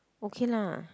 okay lah